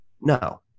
No